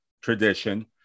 tradition